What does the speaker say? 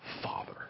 father